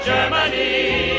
Germany